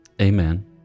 Amen